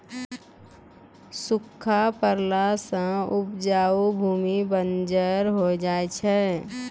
सूखा पड़ला सें उपजाऊ भूमि बंजर होय जाय छै